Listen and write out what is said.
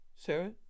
Sarah